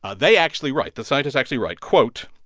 ah they actually write the scientists actually write, quote,